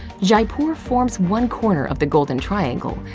jaipur forms one corner of the golden triangle,